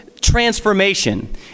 transformation